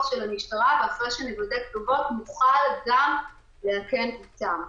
של המשטרה ואחרי שנוודא כתובות נוכל לאכן גם אותה.